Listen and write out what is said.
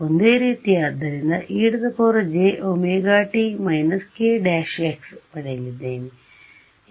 ಒಂದೇ ರೀತಿ ಆದ್ದರಿಂದ ejωt−k′x ಪಡೆಯಲಿದ್ದೇನೆ